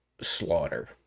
Slaughter